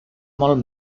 molt